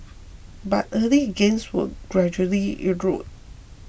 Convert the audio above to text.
but early gains were gradually eroded